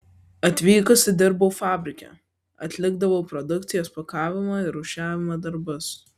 atvykusi dirbau fabrike atlikdavau produkcijos pakavimo ir rūšiavimo darbus